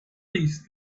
these